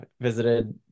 visited